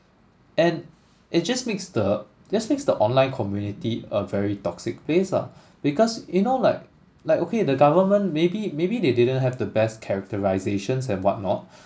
and it just makes the just makes the online community a very toxic place lah because you know like like okay the government maybe maybe they didn't have the best characterisations and whatnot